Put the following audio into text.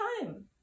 time